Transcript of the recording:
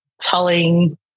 telling